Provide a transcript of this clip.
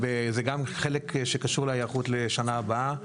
זה גם חלק שקשור להיערכות לשנה הבאה.